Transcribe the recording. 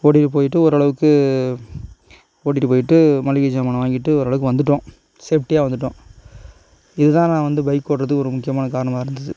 ஓட்டிகிட்டு போயிவிட்டு ஓர் அளவுக்கு ஓட்டிகிட்டு போயிவிட்டு மளிகை ஜாமானை வாங்கிகிட்டு ஓரளவுக்கு வந்துவிட்டேன் சேஃப்ட்டியாக வந்துவிட்டேன் இதுதான் நான் வந்து பைக் ஓட்டுறதுக்கு ஒரு முக்கியமான காரணமாக இருந்துது